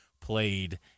played